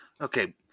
Okay